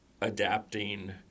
adapting